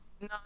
No